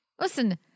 Listen